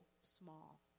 small